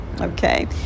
okay